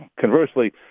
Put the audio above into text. conversely